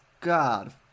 God